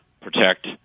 protect